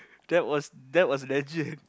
that was that was legit